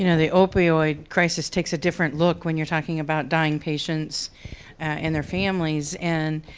you know the opioid crisis takes a different look when you're talking about dying patients and their families. and